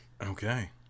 okay